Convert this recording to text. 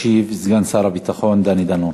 ישיב סגן שר הביטחון דני דנון.